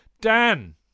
Dan